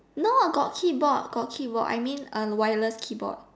no ah got keyboard got keyboard I mean a wireless keyboard